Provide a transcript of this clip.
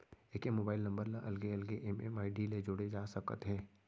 एके mobile number ल अलगे अलगे एम.एम.आई.डी ले जोड़े जा सकत हे